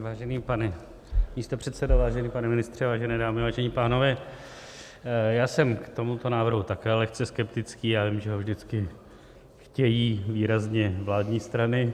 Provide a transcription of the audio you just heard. Vážený pane místopředsedo, vážený pane ministře, vážené dámy, vážení pánové, já jsem k tomuto návrhu také lehce skeptický, ale vím, že ho vždycky výrazně chtějí vládní strany.